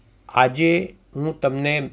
આજે હું તમને